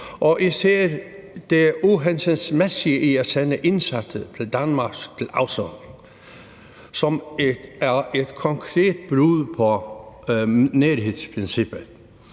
og især det uhensigtsmæssige i at sende indsatte til Danmark til afsoning, hvilket er et konkret brud på nærhedsprincippet.